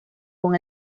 con